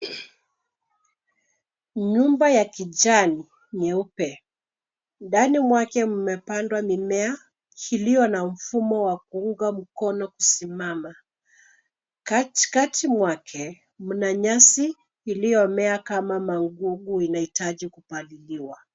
Nyumba ya kijani, nyeupe, ndani mwake mmepandwa mimea iliyo na mfumo wa kuunga mkono kusimama. Katikati mwake mna nyasi iliyomea kama magugu, inahitaji kupaliliwa.